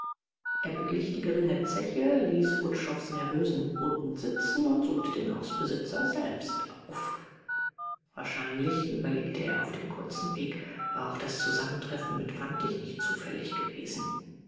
er beglich die geringe zeche ließ wutschows nervösen boten sitzen und suchte den hausbesitzer selbst auf wahrscheinlich überlegte er auf dem kurzen weg war auch das zusammentreffen mit fantig nicht zufällig gewesen